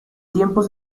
tiempos